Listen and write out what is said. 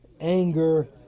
anger